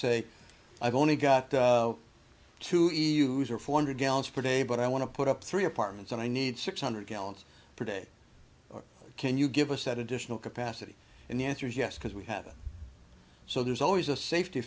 say i've only got to either use or four hundred gallons per day but i want to put up three apartments and i need six hundred gallons per day or can you give us that additional capacity and the answer is yes because we have so there's always a safety